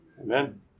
Amen